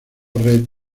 red